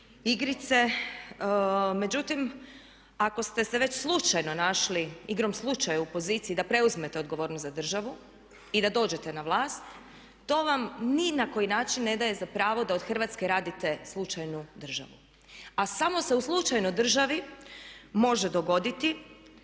igrice. Međutim, ako ste se već slučajno našli, igrom slučaja u poziciji da preuzmete odgovornost za državu i da dođete na vlast to vam ni na koji način ne daje za pravo da od Hrvatske radite slučajnu državu. A samo se u slučajnoj državi može dogoditi